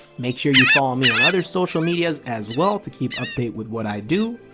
make sure you follow me on other social medias as well to keep update with what i do,